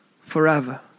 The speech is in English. forever